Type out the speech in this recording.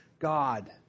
God